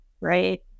right